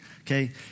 okay